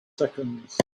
seconds